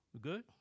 Good